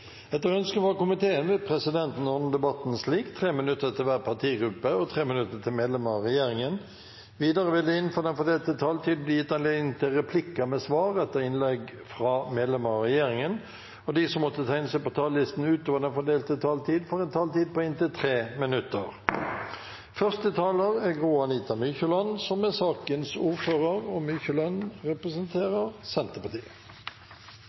Etter ønske fra transport- og kommunikasjonskomiteen vil presidenten ordne debatten slik: 3 minutter til hver partigruppe og 3 minutter til medlemmer av regjeringen. Videre vil det – innenfor den fordelte taletid – bli gitt anledning til inntil fem replikker med svar etter innlegg fra medlemmer av regjeringen, og de som måtte tegne seg på talerlisten utover den fordelte taletid, får også en taletid på inntil 3 minutter. Første taler er Christian Torset, som holder innlegg for sakens ordfører. Transport- og